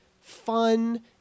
fun